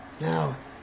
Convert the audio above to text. Now